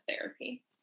therapy